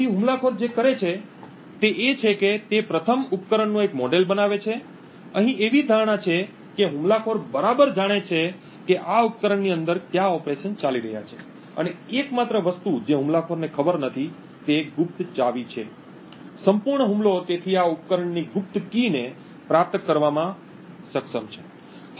તેથી હુમલાખોર જે કરે છે તે એ છે કે તે પ્રથમ ઉપકરણનું એક મોડેલ બનાવે છે અહીં એવી ધારણા છે કે હુમલાખોર બરાબર જાણે છે કે આ ઉપકરણની અંદર ક્યા ઓપરેશન ચાલી રહ્યા છે અને એકમાત્ર વસ્તુ જે હુમલાખોરને ખબર નથી તે ગુપ્ત ચાવી છે સંપૂર્ણ હુમલો તેથી આ ઉપકરણની ગુપ્ત કીને પ્રાપ્ત કરવામાં સક્ષમ છે